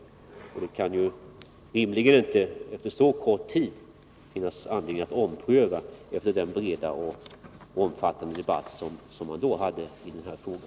Efter så kort tid kan det rimligen inte finnas skäl att ompröva beslutet, särskilt med tanke på den breda och omfattande debatt som då fördes i denna fråga.